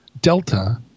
Delta